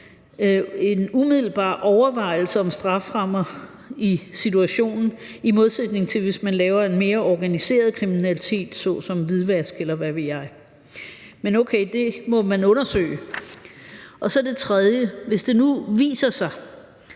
en umiddelbar overvejelse om strafferammer i situationen, i modsætning til hvis man laver en mere organiseret kriminalitet såsom hvidvask, eller hvad ved jeg. Men okay, det må man undersøge. Hvis det for det tredje nu viser sig,